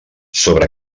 sobre